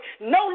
No